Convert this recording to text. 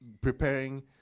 preparing